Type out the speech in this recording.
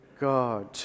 God